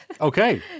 Okay